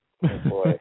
boy